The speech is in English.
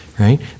Right